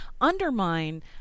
Undermine